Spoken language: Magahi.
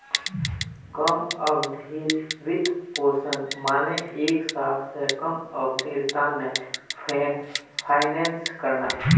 कम अवधिर वित्तपोषण माने एक साल स कम अवधिर त न फाइनेंस करना